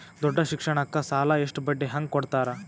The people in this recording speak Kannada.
ದೊಡ್ಡ ಶಿಕ್ಷಣಕ್ಕ ಸಾಲ ಎಷ್ಟ ಬಡ್ಡಿ ಹಂಗ ಕೊಡ್ತಾರ?